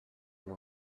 and